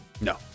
no